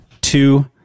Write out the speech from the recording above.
two